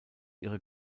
ihre